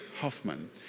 Hoffman